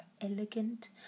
elegant